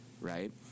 right